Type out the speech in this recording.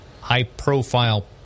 high-profile